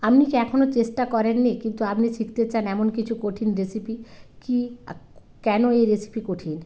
আপনি কি এখনও চেষ্টা করেননি কিন্তু আপনি শিখতে চান এমন কিছু কঠিন রেসিপি কী আর কেন এই রেসিপি কঠিন